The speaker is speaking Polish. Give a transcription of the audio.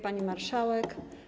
Pani Marszałek!